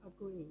agree